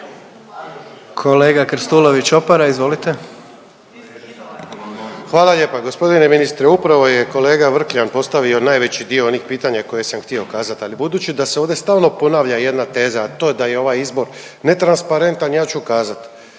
**Krstulović Opara, Andro (HDZ)** Hvala lijepa. Gospodine Ministre, upravo je kolega Vrkljan postavio najveći dio onih pitanja koje sam htio kazat, ali budući da se ovdje stalno ponavlja jedna teza, a to je da je ovaj izbor netransparentan, ja ću kazat